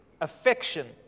affection